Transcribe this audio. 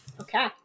Okay